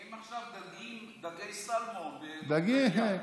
הם עכשיו דגים דגי סלמון בשבדיה.